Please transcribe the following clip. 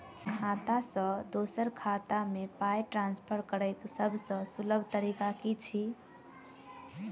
खाता सँ दोसर खाता मे पाई ट्रान्सफर करैक सभसँ सुलभ तरीका की छी?